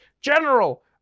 general